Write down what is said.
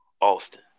Austin